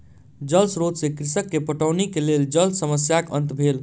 जल स्रोत से कृषक के पटौनी के लेल जल समस्याक अंत भेल